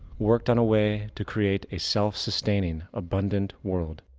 worked on a way to create a self-sustaining abundant world.